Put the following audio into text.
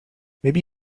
maybe